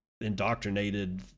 indoctrinated